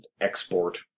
export